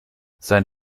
sein